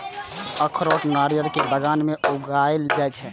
अखरोट नारियल के बगान मे उगाएल जाइ छै